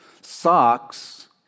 Socks